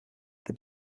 they